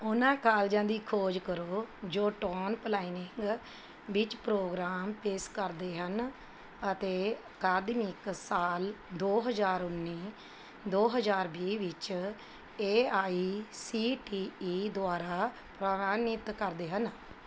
ਉਹਨਾਂ ਕਾਲਜਾਂ ਦੀ ਖੋਜ ਕਰੋ ਜੋ ਟੋਨ ਪਲਾਈਨਿੰਗ ਵਿੱਚ ਪ੍ਰੋਗਰਾਮ ਪੇਸ਼ ਕਰਦੇ ਹਨ ਅਤੇ ਅਕਾਦਮਿਕ ਸਾਲ ਦੋ ਹਜ਼ਾਰ ਉੱਨੀ ਦੋ ਹਜ਼ਾਰ ਵੀਹ ਵਿੱਚ A I C T E ਦੁਆਰਾ ਪ੍ਰਵਾਨਿਤ ਕਰਦੇ ਹਨ